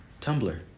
Tumblr